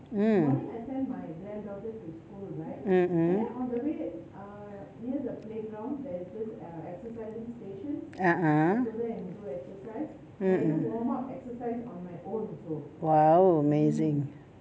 mm mm mm (uh huh) mm mm !wow! amazing